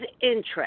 interest